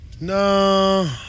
No